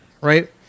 Right